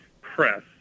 press